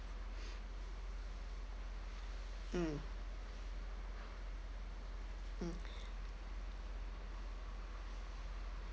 mm mm